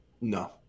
no